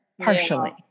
partially